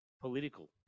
political